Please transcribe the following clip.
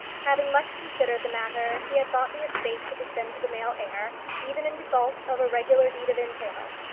having much considered the matter, he had thought the estate should descend to the male heir, even in default of a regular deed of entail.